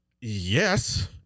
Yes